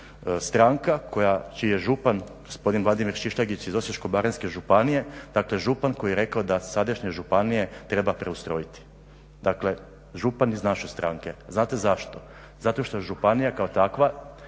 stranka koja, čiji je župan gospodin Vladimir Šišljagić iz Osječko-baranjske županije, dakle župan koji je rekao da sadašnje županije treba preustrojiti. Dakle, župan iz naše stranke. Znate zašto? Zato što je županija kao takva